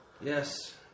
Yes